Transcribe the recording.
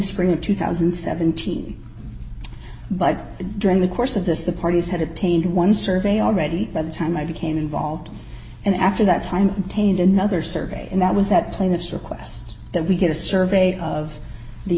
spring of two thousand and seventeen but during the course of this the parties had obtained one survey already by the time i became involved and after that time taint another survey and that was that plaintiff's request that we get a survey of the